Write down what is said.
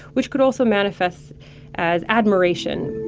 which could also manifest as admiration